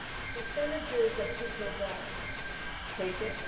percentages of people that take it?